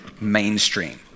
mainstream